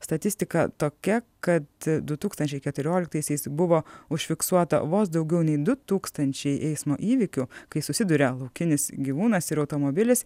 statistika tokia kad du tūkstančiai keturioliktaisiais buvo užfiksuota vos daugiau nei du tūkstančiai eismo įvykių kai susiduria laukinis gyvūnas ir automobilis